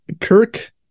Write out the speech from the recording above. Kirk